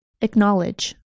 Acknowledge